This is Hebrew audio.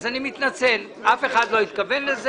אף אחד לא התכוון לזה.